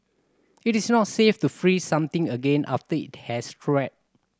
it is not safe to freeze something again after it has thawed